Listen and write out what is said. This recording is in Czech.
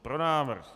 Pro návrh.